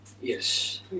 yes